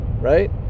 right